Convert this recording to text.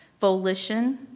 Volition